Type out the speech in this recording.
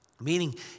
meaning